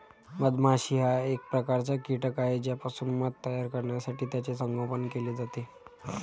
मधमाशी हा एक प्रकारचा कीटक आहे ज्यापासून मध तयार करण्यासाठी त्याचे संगोपन केले जाते